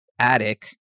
attic